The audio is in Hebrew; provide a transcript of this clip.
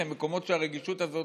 אלה מקומות שהרגישות הזאת